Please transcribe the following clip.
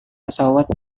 pesawat